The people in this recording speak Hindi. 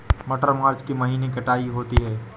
मटर मार्च के महीने कटाई होती है?